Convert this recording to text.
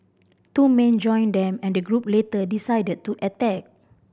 two men joined them and the group later decided to attack